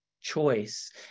choice